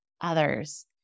others